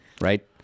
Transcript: right